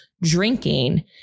drinking